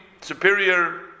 superior